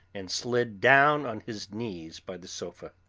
and slid down on his knees by the sofa,